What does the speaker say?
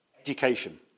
Education